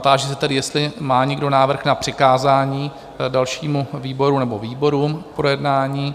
Táži se tedy, jestli má někdo návrh na přikázání dalšímu výboru nebo výborům k projednání?